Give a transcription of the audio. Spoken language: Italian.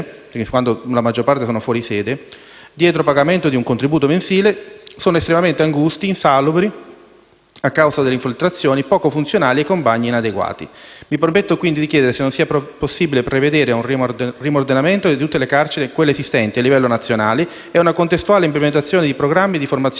dietro pagamento di un contributo mensile, sono estremamente angusti, insalubri a causa delle infiltrazioni, poco funzionali e con bagni inadeguati. Mi permetto, quindi, di chiederle se non sia possibile provvedere a un rimodernamento delle carceri esistenti a livello nazionale e a una contestuale implementazione dei programmi di formazione dei detenuti, per migliorare le loro condizioni in carcere,